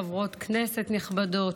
חברות כנסת נכבדות,